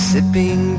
Sipping